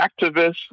activists